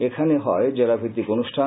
এখানে হয় জেলাভিত্তিক অনুষ্ঠান